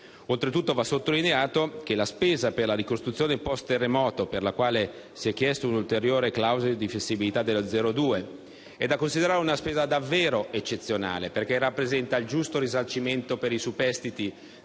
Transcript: Oltretutto, va sottolineato che la spesa per la ricostruzione post-terremoto (per la quale si è chiesta una ulteriore clausola di flessibilità dello 0,2) è da considerare una spesa davvero eccezionale, perché rappresenta il giusto risarcimento per i superstiti